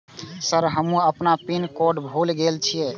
Sir हमू अपना pin code भूल गेल जीये?